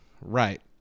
Right